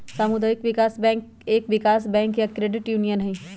सामुदायिक विकास बैंक एक विकास बैंक या क्रेडिट यूनियन हई